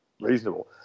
reasonable